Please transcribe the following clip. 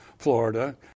Florida